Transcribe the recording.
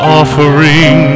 offering